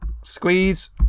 Squeeze